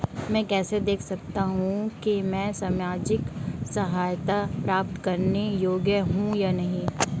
मैं कैसे देख सकता हूं कि मैं सामाजिक सहायता प्राप्त करने योग्य हूं या नहीं?